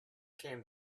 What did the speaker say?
came